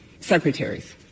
secretaries